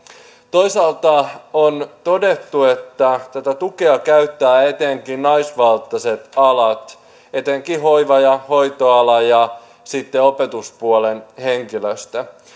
toisaalta on todettu että tätä tukea käyttävät etenkin naisvaltaiset alat etenkin hoiva ja hoitoala ja sitten opetuspuolen henkilöstö